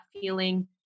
feeling